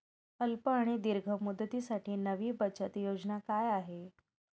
अल्प आणि दीर्घ मुदतीसाठी नवी बचत योजना काय आहे?